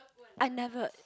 I never